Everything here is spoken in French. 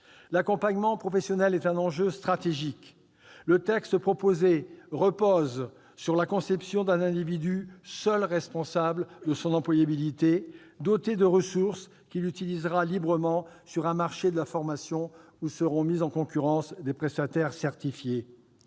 L'accompagnement professionnel est un enjeu stratégique. Le texte proposé repose sur la conception d'un individu seul responsable de son employabilité, doté de ressources qu'il utilisera librement sur un marché de la formation où seront mis en concurrence des prestataires certifiés.